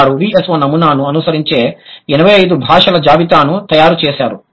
వారు VSO నమూనాను అనుసరించే 85 భాషల జాబితాను తయారు చేశారు